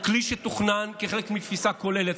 הוא כלי שתוכנן כחלק מתפיסה כוללת.